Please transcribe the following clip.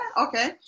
Okay